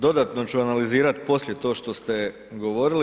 Dodatno ću analizirati poslije to što ste govorili.